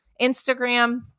Instagram